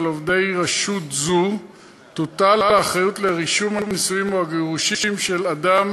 על עובדי רשות זאת תוטל האחריות לרישום הנישואין או הגירושין של אדם